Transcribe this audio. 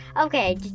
Okay